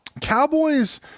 Cowboys